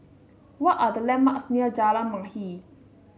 what are the landmarks near Jalan Mahir